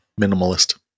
Minimalist